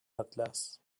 اطلس